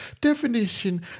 definition